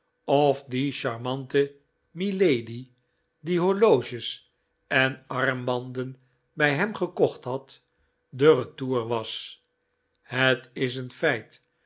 of die charmante miladi die horloges en armbanden bij hem gekocht had de retour was het is een feit